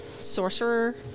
sorcerer